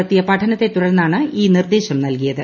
നടത്തിയ പഠനത്തെ തുടർന്നാണ് ഈ നിർദേശം നൽകിയത്